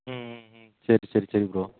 ம் ம் ம் சரி சரி சரி ப்ரோ